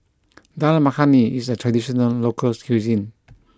Dal Makhani is a traditional local cuisine